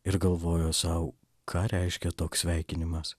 ir galvojo sau ką reiškia toks sveikinimas